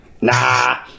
Nah